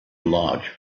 large